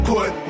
Put